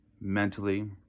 mentally